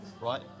right